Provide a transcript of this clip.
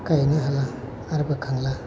गायनो हाब्ला आरो बोखांला